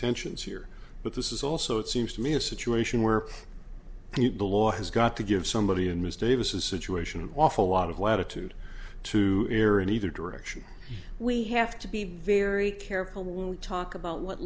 tensions here but this is also it seems to me a situation where you belong has got to give somebody in ms davis a situation an awful lot of latitude to err in either direction we have to be very careful when we talk about what